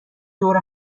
دور